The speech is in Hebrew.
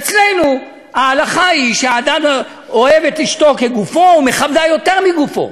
אצלנו ההלכה היא שהאדם אוהב את אשתו כגופו ומכבדה יותר מגופו.